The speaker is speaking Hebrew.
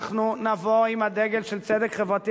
אנחנו נבוא עם הדגל של צדק חברתי,